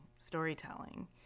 storytelling